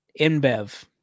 InBev